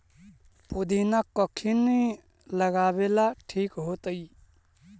पुदिना कखिनी लगावेला ठिक होतइ?